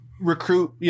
recruit